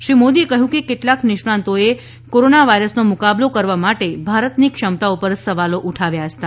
શ્રી મોદીએ કહ્યું કે કેટલાક નિષ્ણાંતોએ કોરોના વાયરસનો મુકાબલો કરવા માટે ભારતની ક્ષમતા પર સવાલો ઉઠાવ્યા હતા